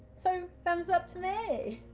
so thumbs up to me!